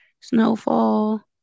Snowfall